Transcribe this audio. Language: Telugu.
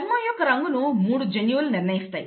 చర్మం యొక్క రంగు ను మూడు జన్యువులు నిర్ణయిస్తాయి